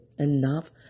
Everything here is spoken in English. enough